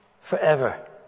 forever